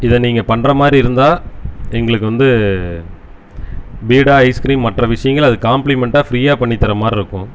இதை நீங்கள் பண்ணுற மாதிரி இருந்தால் எங்களுக்கு வந்து பீடா ஐஸ்கிரீம் மற்ற விஷயங்கள காம்ப்ளிமெண்ட்டாக ஃப்ரீயாக பண்ணி தர மாதிரி இருக்கும்